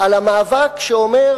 על המאבק שאומר: